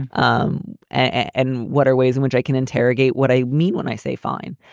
um and what are ways in which i can interrogate what i mean when i say fine?